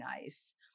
nice